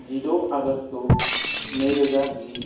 जिद' आगष्ट' नैरोजा जि